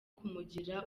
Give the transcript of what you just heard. kumugira